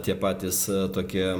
tie patys tokie